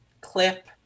clip